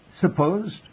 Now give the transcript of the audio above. supposed